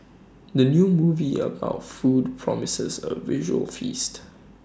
the new movie about food promises A visual feast